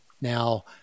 Now